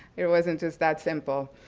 it wasn't just that simple.